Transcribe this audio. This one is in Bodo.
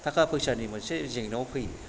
थाखा फैसानि मोनसे जेंनायाव फैयो